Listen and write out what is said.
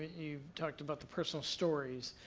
you've talked about the personal stories.